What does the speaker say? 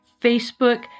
Facebook